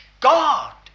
God